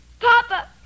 Papa